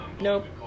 nope